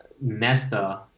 Nesta